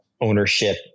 ownership